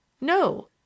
No